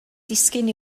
disgyn